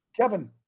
Kevin